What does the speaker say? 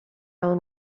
own